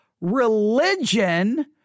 Religion